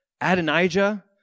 Adonijah